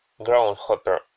Groundhopper